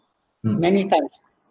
mm many times